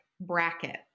bracket